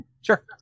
Sure